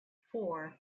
four